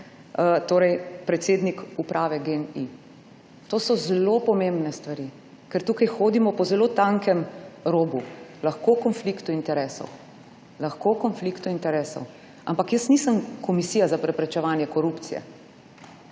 torej predsednik uprave Gen-I? To so zelo pomembne stvari, ker tukaj hodimo po zelo tankem robu, lahko konfliktu interesov. Ampak jaz nisem Komisija za preprečevanje korupcije,